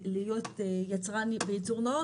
להיות יצרן בייצור נאות,